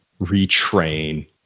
retrain